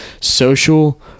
social